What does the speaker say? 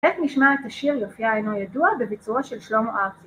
‫איך נשמע את השיר יופיה אינו ידוע, ‫בביצועו של שלמה ארצי?